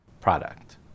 product